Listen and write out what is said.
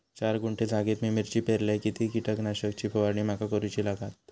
चार गुंठे जागेत मी मिरची पेरलय किती कीटक नाशक ची फवारणी माका करूची लागात?